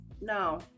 no